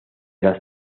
las